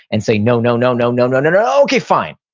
and say, no. no. no. no. no. no. no. no. okay fine.